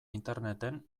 interneten